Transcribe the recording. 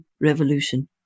revolution